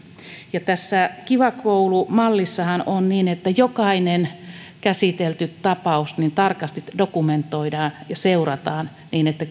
ja tässä kiva koulu mallissahan on niin että jokainen käsitelty tapaus tarkasti dokumentoidaan ja sitä seurataan niin että